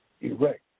erect